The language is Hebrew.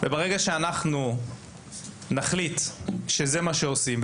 ברגע שאנחנו נחליט שזה מה שעושים,